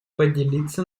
поделиться